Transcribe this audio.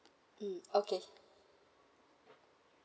mm okay